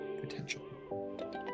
potential